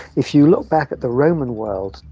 if you look back at the roman world,